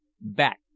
Back